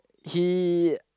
he